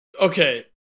Okay